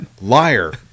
Liar